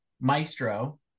Maestro